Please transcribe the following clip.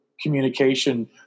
communication